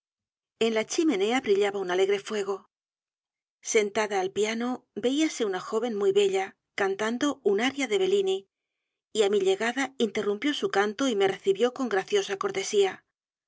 en la chimenea brillaba u n a l e g r e fuego sentada al piano veíase una joven muy bella cantando un aria de bellini y á mi llegada interrumpió su canto y me recibió con graciosa cortesía